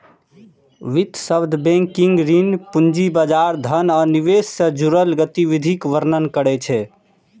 वित्त शब्द बैंकिंग, ऋण, पूंजी बाजार, धन आ निवेश सं जुड़ल गतिविधिक वर्णन करै छै